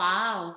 Wow